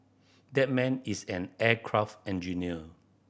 that man is an aircraft engineer